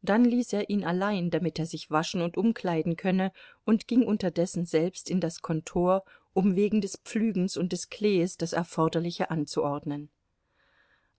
dann ließ er ihn allein damit er sich waschen und umkleiden könne und ging unterdessen selbst in das kontor um wegen des pflügens und des klees das erforderliche anzuordnen